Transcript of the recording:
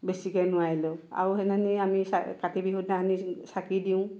বেছিকৈ নোৱাৰিলেও আৰু সেইদিনাখনি আমি কাতি বিহু দিনাখনি চাকি দিওঁ